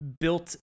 built